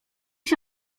się